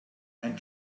and